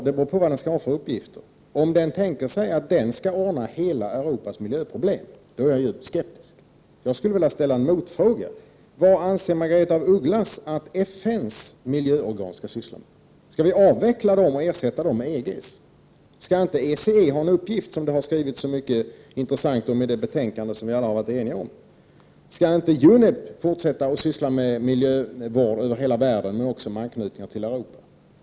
Det beror på vilka uppgifter den skall ha. Om det är meningen att denna miljöbyrå skall lösa hela Europas miljöproblem, är jag djupt skeptisk. Jag skulle vilja ställa en motfråga: Vad anser Margaretha af Ugglas att FN:s miljöorgan skall syssla med? Skall vi avveckla dem och ersätta dem med EG:s organ? Skall inte ECE ha någon uppgift, som det har skrivits så mycket intressant om i betänkandet och som vi alla har varit eniga om? Skall inte UNEP fortsätta att syssla med hela världens miljövård också med anknytning till Europa?